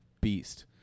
beast